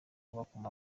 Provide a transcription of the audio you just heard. bakoma